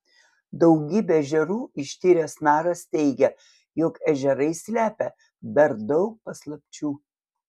daugybę ežerų ištyręs naras teigia jog ežerai slepia dar daug paslapčių